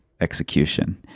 execution